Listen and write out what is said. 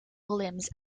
williams